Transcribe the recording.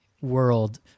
world